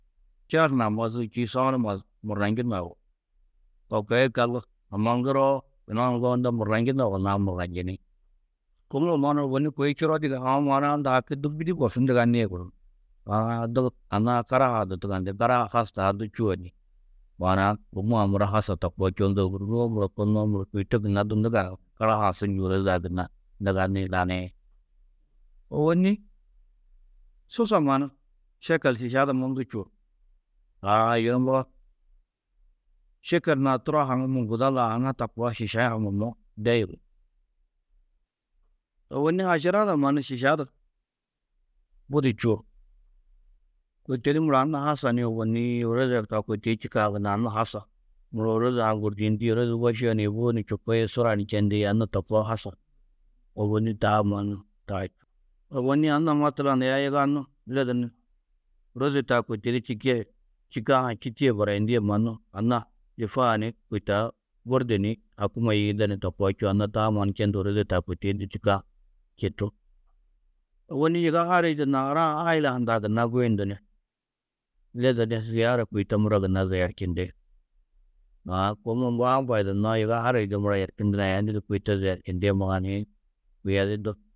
Čer hunã mazi čîidi soũ numa du murranjunnó yugó. To koo yikallu, amma ŋgiroo, yunu a ŋgo unda murranjunnó yugonnãá murranjini. Kômma mannu kôi čuro dige. Aũ maana-ã unda haki du bîdi borsu nduganîe gunú. Aã anna-ã karaha ha du tugandi. Karaha has taa du čûo ni. Maana-ã kômmaa muro hasa to koa čûo, unda ôgurinuwo muro kônuwo muro kôi to gunna du ndugannu, karaha ha su njî ôroze-ã gunna nduganni, laniĩ. Ôwonni susa mannu šekel šiša du mundu čûo. Aã yunu muro, šekel hunã turo haŋumo guda lau huna to koa šiša haŋumo de yugó. Ôwonni haširada mannu šiša du budi čûo. Kôi to di muro anna hasa ni ôwonni ôroze taa kôi to di čîkã gunna anna hasa, muro ôroze-ã ha gôrdiyindi. Ôrozi wošio ni êboo ni čupi, sura ni čendi, anna to koa hasa. Ôwonni taa mannu taa. Ôwonni anna matlan, aya yigannu lidu ni ôroze taa kôi to di čîka yê, čîkã ha čitîe barayindîe mannu, anna difaa ni kôi taa gôrde ni hakumma yigiida ni to koa čûo. Anna taa mannu čendu ôroze taa kôi to di čîkã čitú. Ôwonni yiga harij du nahara-ã aila hundã gunna guyundu ni lidu ni ziyara kôi to muro gunna ziyerčindi. Aã kômma mbo amba yidannoó yiga harij du muro yerčundu ni aya lidu kôi to zerčindĩ muganiĩn? Kôi a di du.